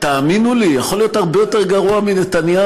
תאמינו לי, יכול להיות הרבה יותר גרוע מנתניהו,